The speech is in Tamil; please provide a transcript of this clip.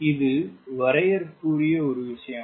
இது வரையறைக்குரிய விஷயம்